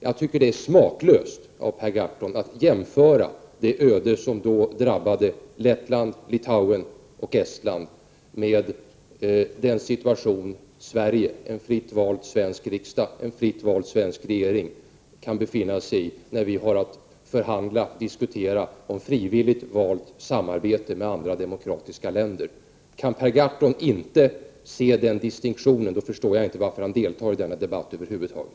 Jag tycker att det är smaklöst av Per Gahrton att jämföra det öde som då drabbade Lettland, Litauen och Estland med den situation som en fritt vald svensk riksdag och regering kan befinna sig i när vi har att diskutera ett frivilligt valt samarbete med andra demokratiska länder. Kan Per Gahrton inte se den distinktionen, då förstår jag inte varför han deltar i denna debatt över huvud taget.